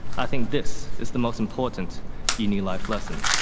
i think this is the most important uni life lesson.